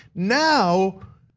now,